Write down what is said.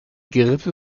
gerippe